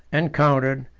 encountered,